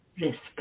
respect